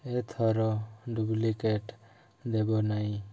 ଏଥର ଡୁପ୍ଳିକେଟ୍ ଦେବ ନାହିଁ